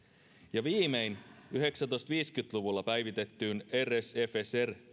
ja viimein tuhatyhdeksänsataaviisikymmentä luvulla päivitettyyn rsfsr